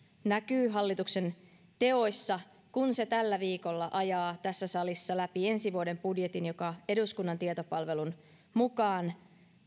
näkyy hallituksen teoissa kun se tällä viikolla ajaa tässä salissa läpi ensi vuoden budjetin joka eduskunnan tietopalvelun mukaan